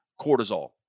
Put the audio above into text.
cortisol